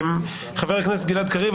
חבר הכנסת גלעד קריב,